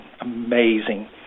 amazing